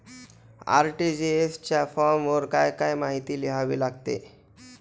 RTGS च्या फॉर्मवर काय काय माहिती लिहावी लागते?